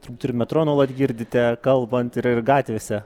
turbūt ir metro nuolat girdite kalbant ir ir gatvėse